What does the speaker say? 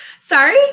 Sorry